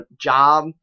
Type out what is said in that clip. job